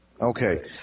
Okay